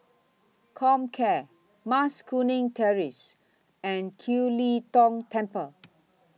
Comcare Mas Kuning Terrace and Kiew Lee Tong Temple